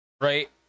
right